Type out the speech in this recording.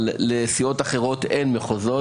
לסיעות אחרות אין מחוזות.